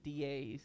DAs